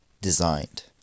designed